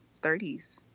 30s